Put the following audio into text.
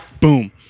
boom